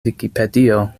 vikipedio